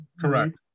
correct